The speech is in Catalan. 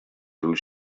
ulls